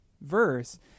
verse